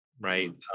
right